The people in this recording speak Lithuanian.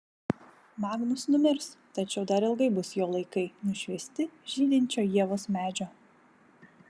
magnus numirs tačiau dar ilgai bus jo laikai nušviesti žydinčio ievos medžio